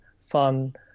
fun